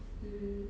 hmm